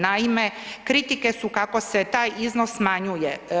Naime, kritike su, kako se taj iznos smanjuje.